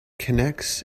connects